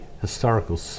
historical